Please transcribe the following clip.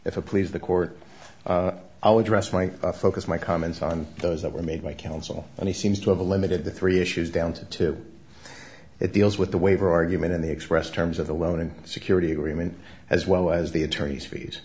if a please the court i would rest my focus my comments on those that were made by counsel and he seems to have a limited the three issues down to two it deals with the waiver argument and the expressed terms of the loan and security agreement as well as the attorney's fees